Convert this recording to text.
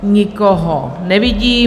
Nikoho nevidím.